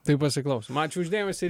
tai pasiklausom ačiū už dėmesį